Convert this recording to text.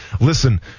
Listen